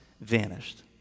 vanished